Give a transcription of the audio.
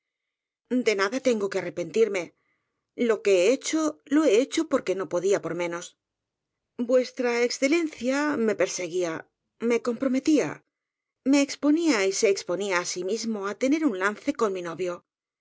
de nada tengo que arrepentirme lo que he hecho lo he hecho porque no podía por menos v e me perseguía me comprometía me exponía y se exponía á sí mismo á tener un lance con mi novio